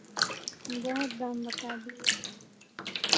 बहुत दाम बता दिये आप